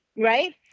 right